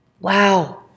wow